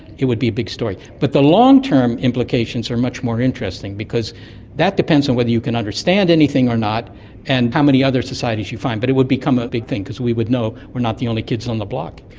it would be a big story. but the long-term implications are much more interesting because that depends on whether you can understand anything or not and how many other societies you find. but it would become a big thing because we would know we are not the only kids on the block.